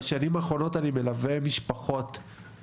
לפני שהצטרפתי לפוליטיקה לא כזה מזמן שאלו אותי באולפן שישי,